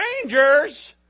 strangers